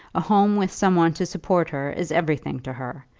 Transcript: a home, with some one to support her, is everything to her.